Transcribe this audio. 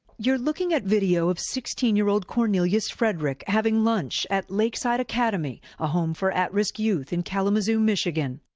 you're looking at video of sixteen year old cornelius frederick having lunch at lake side academy, a home for at risk youth in so michigan.